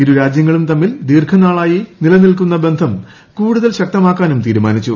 ഇരു രാജ്യങ്ങളും തമ്മിൽ ദീർഘനാളായി നിലനിൽക്കുന്നു ബ്സം കൂടുതൽ ശക്തമാക്കാനും തീരുമാനിച്ചു